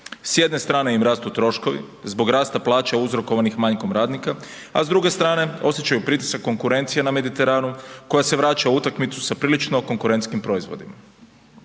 S jedne strane im rastu troškovi zbog rasta plaća uzrokovanih manjkom radnika, a s druge strane osjećaju pritisak konkurencije na Mediteranu koja se vraća u utakmicu sa prilično konkurentskim proizvodima.